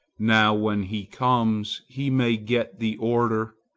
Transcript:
now, when he comes, he may get the order,